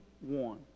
one